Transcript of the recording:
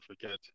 forget